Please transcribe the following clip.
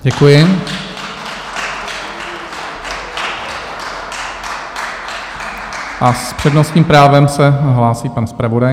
Děkuji a s přednostním právem se hlásí pan zpravodaj.